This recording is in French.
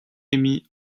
émis